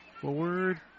forward